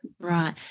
Right